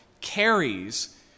carries